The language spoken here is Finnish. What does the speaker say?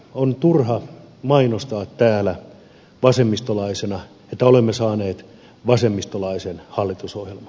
on turha mainostaa täällä vasemmistolaisena että olemme saaneet vasemmistolaisen hallitusohjelman